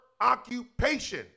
occupation